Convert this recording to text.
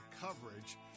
coverage